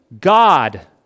God